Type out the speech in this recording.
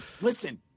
listen